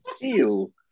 Ew